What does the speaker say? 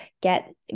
get